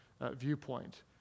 viewpoint